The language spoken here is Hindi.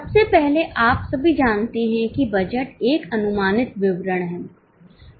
सबसे पहले आप सभी जानते हैं कि बजट एक अनुमानित विवरण है